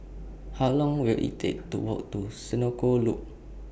How Long Will IT Take to Walk to Senoko Loop